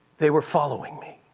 they were following me.